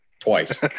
Twice